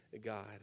God